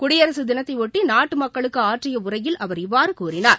குடியரசு தினத்தையொட்டி நாட்டு மக்களுக்கு ஆற்றிய உரையில் அவர் இவ்வாறு கூறினார்